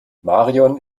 marion